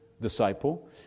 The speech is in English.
disciple